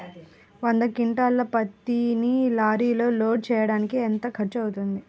వంద క్వింటాళ్ల పత్తిని లారీలో లోడ్ చేయడానికి ఎంత ఖర్చవుతుంది?